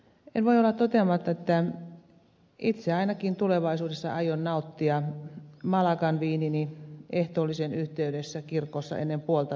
en voi olla toteamatta että itse ainakin aion tulevaisuudessa nauttia malagan viinini ehtoollisen yhteydessä kirkossa ennen puoltapäivää